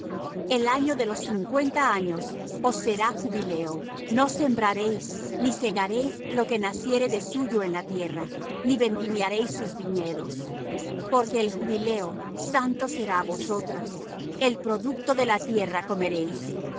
el año de los cincuenta años os será jubileo no sembraréis ni segaréis lo que naciere de suyo en la tierra ni vendimiaréis sus viñedos porque es jubileo santo será á vosotros el producto de la tierra comeréis